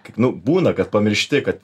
kaip nu būna kad pamiršti kad